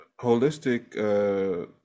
holistic